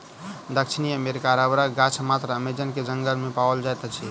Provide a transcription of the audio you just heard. दक्षिण अमेरिकी रबड़क गाछ मात्र अमेज़न के जंगल में पाओल जाइत अछि